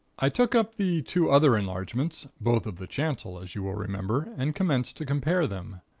i took up the two other enlargements, both of the chancel, as you will remember, and commenced to compare them.